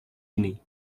ini